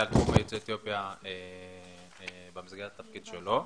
על יוצאי אתיופיה במסגרת התפקיד שלו.